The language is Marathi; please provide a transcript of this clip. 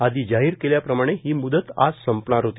आधी जाहीर केल्याप्रमाणे ही मुदत आज संपणार होती